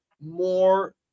more